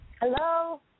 Hello